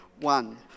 one